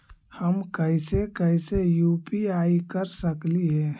हम कैसे कैसे यु.पी.आई कर सकली हे?